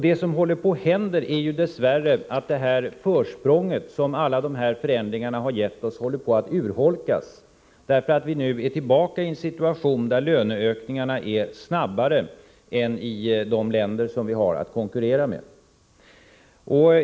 Det som håller på att hända är dess värre att detta försprång som alla dessa förändringar har gett oss håller på att urholkas, eftersom vi nu är tillbaka i en situation där löneökningarna är snabbare än i de länder som vi har att konkurrera med.